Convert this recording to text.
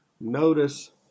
notice